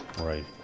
Right